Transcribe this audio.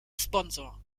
sponsor